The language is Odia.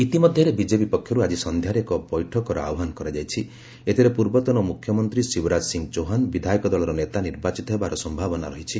ଇତିମଧ୍ୟରେ ବିଜେପି ପକ୍ଷରୁ ଆଜି ସନ୍ଧ୍ୟାରେ ଏକ ବୈଠକ ଆହ୍ବାନ କରାଯାଇଛି ଏଥିରେ ପୂର୍ବତନ ମୁଖ୍ୟମନ୍ତ୍ରୀ ଶିବରାଜ ସିଂ ଚୌହାନ ବିଧାୟକ ଦଳର ନେତା ନିର୍ବାଚିତ ହେବାର ସମ୍ଭାବନା ରହିଛି